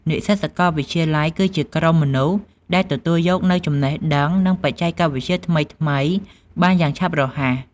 និស្សិតសាកលវិទ្យាល័យគឺជាក្រុមមនុស្សដែលទទួលយកនូវចំណេះដឹង និងបច្ចេកវិទ្យាថ្មីៗបានយ៉ាងឆាប់រហ័ស។